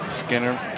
Skinner